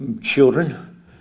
children